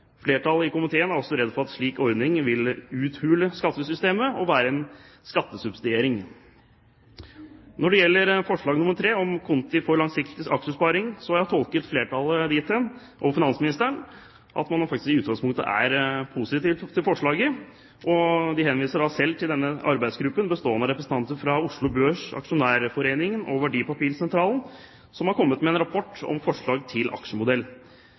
Flertallet i komiteen er også redd for at en slik ordning vil uthule skattesystemet og være en skattesubsidiering. Når det gjelder forslag nr. 3, om «Konti for Langsiktig Aksjesparing», har jeg tolket flertallet og finansministeren dit hen at man i utgangspunktet er positiv til forslaget, og de henviser selv til den arbeidsgruppen, bestående av representanter fra Oslo Børs, Aksjonærforeningen og Verdipapirsentralen, som har kommet med en rapport med forslag til aksjemodell.